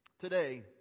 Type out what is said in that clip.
today